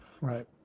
Right